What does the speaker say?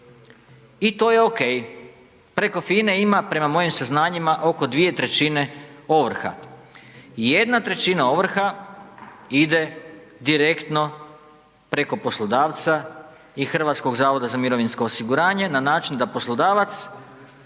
I to je ok, preko FINA-e ima prema mojim saznanjima oko dvije trećine ovrha. I jedna trećina ovrha ide direktno preko poslodavca i HZMO-a na način da poslodavac